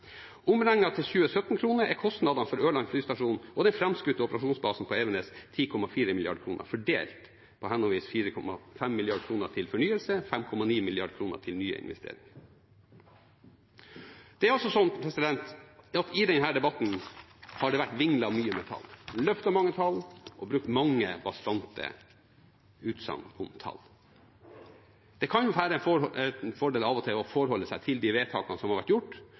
til 2017-kroner er kostnadene for Ørland flystasjon og den framskutte operasjonsbasen på Evenes 10,4 mrd. kr, fordelt på henholdsvis 4,5 mrd. kr til fornyelse og 5,9 mrd. kr til nye investeringer. I denne debatten har det vært vinglet mye med tall, det har vært løftet fram mange tall, og det har blitt brukt mange bastante utsagn om tall. Det kan av og til være en fordel å forholde seg til de vedtakene som er gjort,